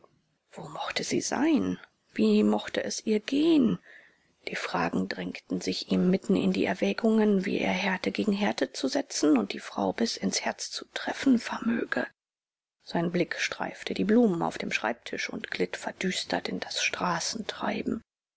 wo mochte sie sein wie mochte es ihr gehen die fragen drängten sich ihm mitten in die erwägungen wie er härte gegen härte zu setzen und die frau bis ins herz zu treffen vermöge sein blick streifte die blumen auf dem schreibtisch und glitt verdüstert in das straßentreiben